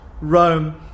Rome